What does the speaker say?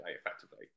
effectively